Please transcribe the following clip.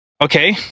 okay